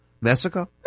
Mexico